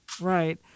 Right